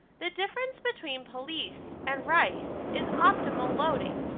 the difference between police and rice is optimal loading.